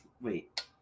wait